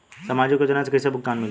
सामाजिक योजना से कइसे भुगतान मिली?